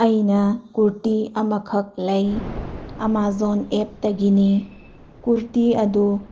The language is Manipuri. ꯑꯩꯅ ꯀꯨꯔꯇꯤ ꯑꯃꯈꯛ ꯂꯩ ꯑꯃꯥꯖꯣꯟ ꯑꯦꯞꯇꯥꯒꯤꯅꯤ ꯀꯨꯔꯇꯤ ꯑꯗꯨ